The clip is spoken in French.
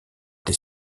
des